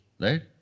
right